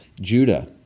Judah